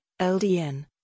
LDN